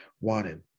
wanted